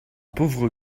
pauvre